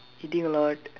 eating a lot